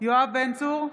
יואב בן צור,